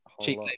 Cheap